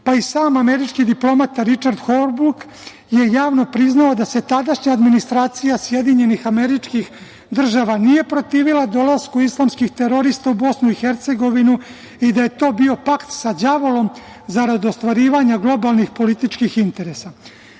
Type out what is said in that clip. Pa i sam američki diplomata Ričard Holbruk je javno priznao da se tadašnja administracija SAD nije protivila dolasku islamskih terorista u Bosnu i Hercegovinu i da je to bio pakt sa đavolom zarad ostvarivanja globalnih političkih interesa. Svi